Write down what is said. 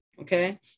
Okay